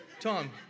Tom